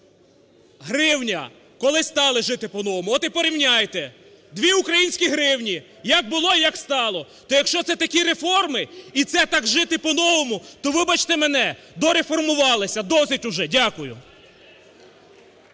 гривня, коли стали "жити по-новому". От і порівняйте. Дві українські гривні, як було і як стало. То, якщо це такі реформи і це так "жити по-новому", то, вибачте мене, дореформувалися! Досить уже! Дякую.